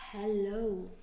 Hello